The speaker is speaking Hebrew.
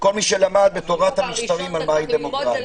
וכל מי שלמד בתורת המשטרים על מהי דמוקרטיה